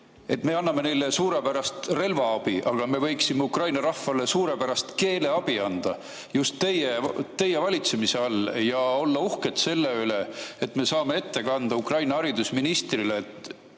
Me anname neile suurepärast relvaabi, aga me võiksime Ukraina rahvale anda ka suurepärast keeleabi just teie valitsemise all ja olla uhked selle üle, et saame Ukraina haridusministrile ette